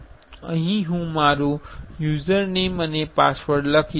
અહીં હું મારું યુઝરનેઇમ અને પાસવર્ડ લખીશ